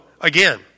again